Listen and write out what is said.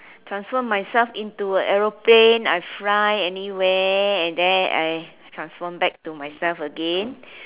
transform myself into a aeroplane I fly anywhere and then I transform back to myself again